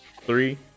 Three